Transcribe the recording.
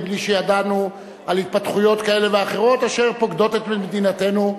מבלי שידענו על התפתחויות כאלה ואחרות אשר פוקדות את מדינתנו,